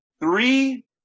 three